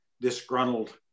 disgruntled